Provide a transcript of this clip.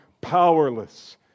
powerless